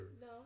No